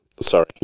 sorry